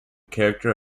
character